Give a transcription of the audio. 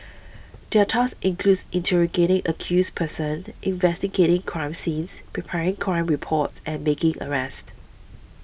their tasks includes interrogating accused persons investigating crime scenes preparing crime reports and making arrests